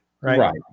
right